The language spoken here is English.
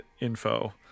info